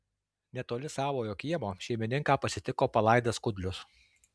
netoli savojo kiemo šeimininką pasitiko palaidas kudlius